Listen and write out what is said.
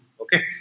Okay